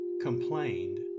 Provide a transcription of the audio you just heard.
complained